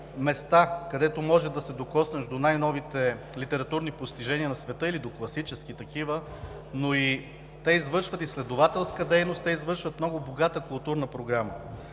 където може да се докоснеш до най-новите литературни постижения на света или до класически такива, но те извършват и изследователска дейност, те извършват и много богата културна програма.